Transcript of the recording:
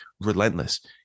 relentless